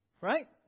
right